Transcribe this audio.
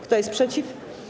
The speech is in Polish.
Kto jest przeciw?